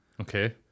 okay